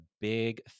big